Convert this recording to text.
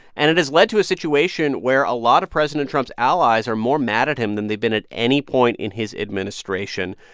and it has led to a situation where a lot of president trump's allies are more mad at him than they've been at any point in his administration.